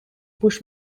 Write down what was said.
push